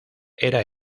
era